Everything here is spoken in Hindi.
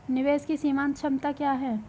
निवेश की सीमांत क्षमता क्या है?